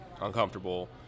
uncomfortable